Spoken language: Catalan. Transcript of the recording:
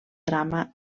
drama